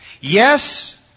Yes